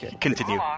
Continue